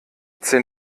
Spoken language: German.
zehn